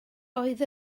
oedd